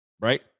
right